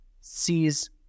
sees